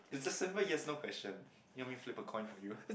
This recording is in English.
is a simple yes no question need me flipped a coin for you